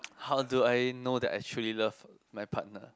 how do I know that I truly love my partner